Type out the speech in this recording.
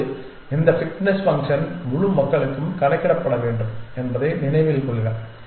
இப்போது இந்த fitness function முழு மக்களுக்கும் கணக்கிடப்பட வேண்டும் என்பதை நினைவில் கொள்க